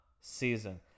season